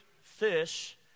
fish